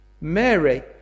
Mary